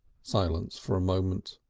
silence for a moment.